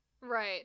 Right